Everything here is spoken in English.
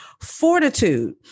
Fortitude